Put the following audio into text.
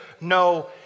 no